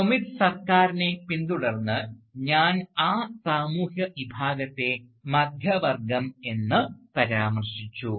സുമിത് സർക്കാറിനെ പിന്തുടർന്ന് ഞാൻ ആ സാമൂഹിക വിഭാഗത്തെ മധ്യവർഗം എന്ന് പരാമർശിച്ചു